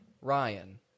Ryan